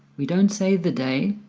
we don't say the day